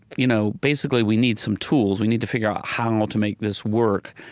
you know basically, we need some tools. we need to figure out how to make this work.